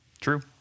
True